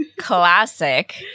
classic